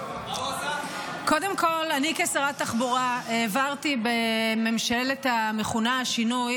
אני כשרת תחבורה העברתי בממשלה המכונה ממשלת השינוי